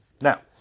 Now